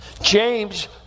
James